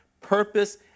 purpose